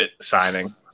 signing